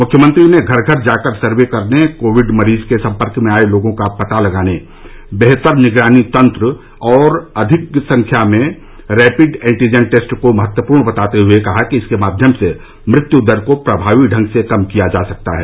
मुख्यमंत्री ने घर घर जाकर सर्वे करने कोविड मरीज के संपर्क में आए लोगों का पता लगाने बेहतर निगरानी तंत्र और अधिक संख्या में रैपिड एन्टीजन टेस्ट को महत्वपूर्ण बताते हुए कहा कि इनके माध्यम से मृत्यु दर को प्रभावी ढंग से कम किया जा सकता है